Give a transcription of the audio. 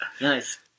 Nice